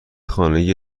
خانگی